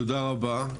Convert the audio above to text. תודה רבה.